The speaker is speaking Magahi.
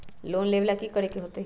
लोन लेवेला की करेके होतई?